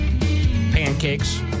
Pancakes